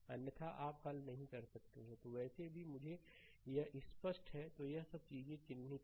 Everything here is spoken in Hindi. अन्यथा आप हल नहीं कर सकते तो वैसे भी मुझे यह स्पष्ट है तो यह सब चीजें चिह्नित हैं